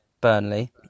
Burnley